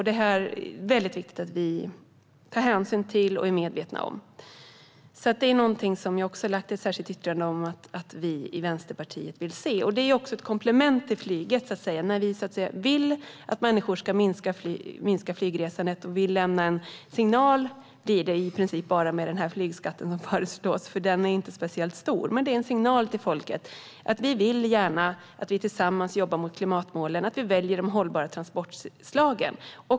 Det är mycket viktigt att vi tar hänsyn till det och är medvetna om det. Det här har vi i Vänsterpartiet lagt ett särskilt yttrande om att vi vill se. Det skulle också vara ett komplement till flyget. Vi vill att människor ska minska på flygresandet och vill lämna en signal till folket - som det i princip bara blir med den här flygskatten som föreslås, för den är inte speciellt stor - att vi gärna vill jobba mot klimatmålen tillsammans och att vi väljer de hållbara transportslagen.